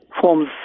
forms